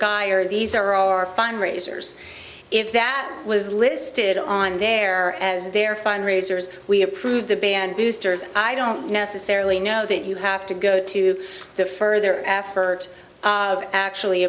guy these are our fund raisers if that was listed on there as their fund raisers we approve the band boosters i don't necessarily know that you have to go to the further effort of actually